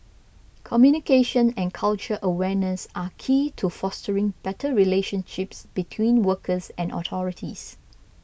communication and cultural awareness are key to fostering better relationship between workers and authorities